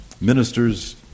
ministers